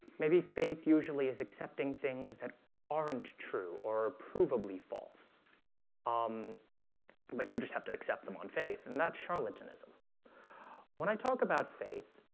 maybe faith usually is accepting things that aren't true or provably false um but you just have to accept them on faith and that's charlatanism when i talk about faith,